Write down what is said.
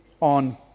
on